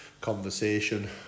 conversation